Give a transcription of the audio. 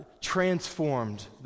transformed